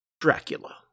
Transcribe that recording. Dracula